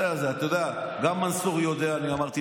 בנושא הזה, אתה יודע, גם מנסור יודע.